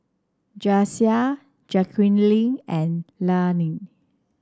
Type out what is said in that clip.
Jasiah Jaquelin and Landyn